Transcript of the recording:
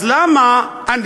אז למה,